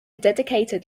dedicated